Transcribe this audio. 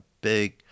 big